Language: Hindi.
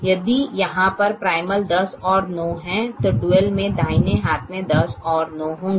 यदि यहाँ पर प्राइमल 10 और 9 है तो ड्यूल में दाहिने हाथ में 10 और 9 होंगे